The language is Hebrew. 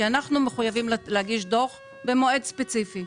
כי אנחנו מחויבים להגיש דוח במועד ספציפי.